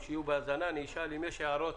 האם יש הערות